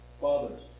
fathers